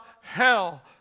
hell